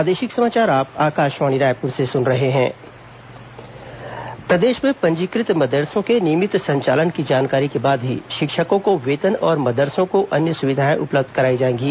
मुख्य सचिव बैठक प्रदेश में पंजीकृत मदरसों के नियमित संचालन की जानकारी के बाद ही शिक्षकों को वेतन और मदरसों को अन्य सुविधाएं उपलब्ध कराई जाएंगी